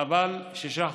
אבל שישה חודשים,